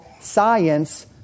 science